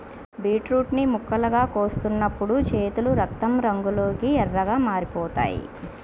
beetroot ని ముక్కలుగా కోస్తున్నప్పుడు చేతులు రక్తం రంగులోకి ఎర్రగా మారిపోతాయి